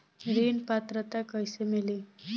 ऋण पात्रता कइसे मिली?